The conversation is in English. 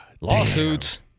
Lawsuits